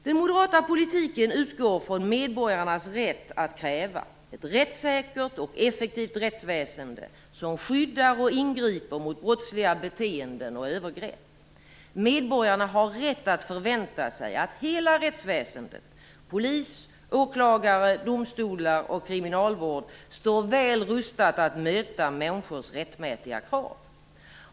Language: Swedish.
Den moderata politiken utgår från medborgarnas rätt att kräva ett rättssäkert och effektivt rättsväsende som skyddar och ingriper mot brottsliga beteenden och övergrepp. Medborgarna har rätt att förvänta sig att hela rättsväsendet - polis, åklagare, domstolar och kriminalvård - står väl rustat att möta människors rättmätiga krav.